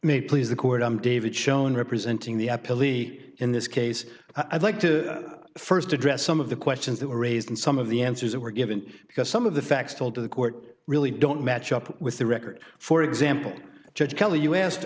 may please the court i'm david schoen representing the police in this case i'd like to st address some of the questions that were raised and some of the answers that were given because some of the facts told to the court really don't match up with the record for example judge kelly you asked